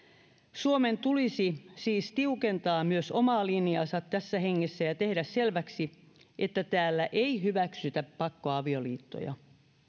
suomen tulisi siis tiukentaa omaa linjaansa tässä hengessä ja tehdä selväksi että täällä ei hyväksytä pakkoavioliittoja